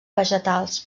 vegetals